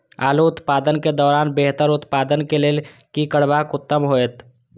आलू उत्पादन के दौरान बेहतर उत्पादन के लेल की करबाक उत्तम होयत?